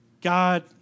God